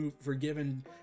forgiven